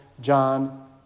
John